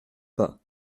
pas